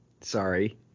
Sorry